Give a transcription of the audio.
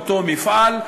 מאותו מפעל,